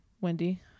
Wendy